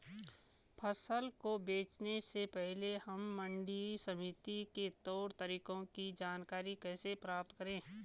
फसल को बेचने से पहले हम मंडी समिति के तौर तरीकों की जानकारी कैसे प्राप्त करें?